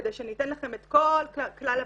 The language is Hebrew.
כדי שניתן לכם את כלל הבקשות.